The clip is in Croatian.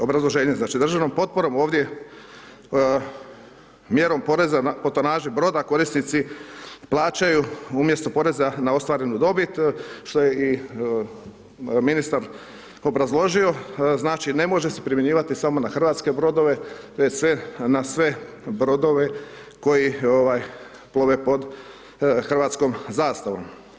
Obrazloženje, znači, državnom potporom ovdje, mjerom poreza po tonaži broda korisnici plaćaju, umjesto poreza na ostvarenu dobit, što je i ministar obrazložio, znači ne može se primjenjivati samo na hrvatske brodove već na sve brodove koji plove pod hrvatskom zastavom.